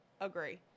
agree